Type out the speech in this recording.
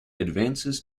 advances